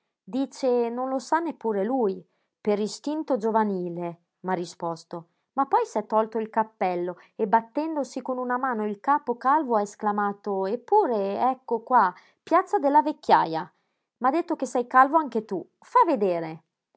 dice non lo sa neppure lui per istinto giovanile m'ha risposto ma poi s'è tolto il cappello e battendosi con una mano il capo calvo ha esclamato eppure ecco qua piazza della vecchiaja m'ha detto che sei calvo anche tu fa vedere